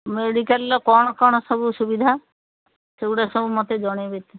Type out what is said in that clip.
ମେଡିକାଲର କ'ଣ କ'ଣ ସବୁ ସୁବିଧା ସେଗୁଡ଼ା ସବୁ ମୋତେ ଜଣେଇବେ